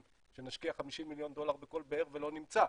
שנשקיע 50 מיליון דולר בכל באר ולא נמצא,